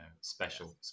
Special